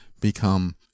become